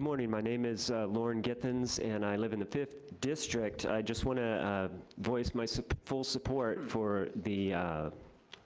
morning, my name is loren giffins, and i live in the fifth district. i just wanna voice my full support for the